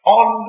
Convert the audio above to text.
on